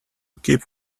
keep